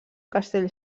castell